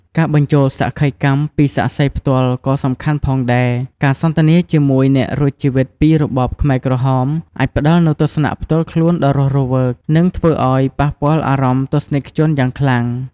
ការបញ្ចូលសក្ខីកម្មពីសាក្សីផ្ទាល់ក៏សំខាន់ផងដែរ ការសន្ទនាជាមួយអ្នករួចជីវិតពីរបបខ្មែរក្រហម អាចផ្តល់នូវទស្សនៈផ្ទាល់ខ្លួនដ៏រស់រវើក និងធើ្វឲ្យប៉ះពាល់អារម្មណ៍ទស្សនិកជនយ៉ាងខ្លាំង។